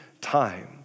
time